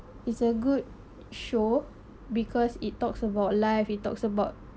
is a good show because it talks about life it talks about